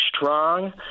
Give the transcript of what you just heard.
strong